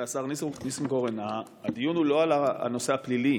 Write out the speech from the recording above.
השר ניסנקורן, הדיון הוא לא על הנושא הפלילי